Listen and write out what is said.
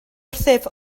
wrthyf